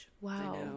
wow